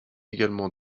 également